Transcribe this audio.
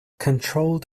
controlled